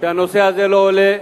שהנושא הזה לא עולה,